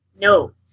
No